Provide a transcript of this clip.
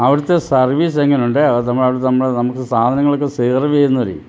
അവിടത്തെ സർവീസ് എങ്ങനുണ്ട് അത് നമ്മള് നമുക്ക് സാധനങ്ങളൊക്കെ സെർവീയ്യുന്നവരേ